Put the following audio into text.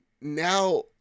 Now